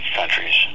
countries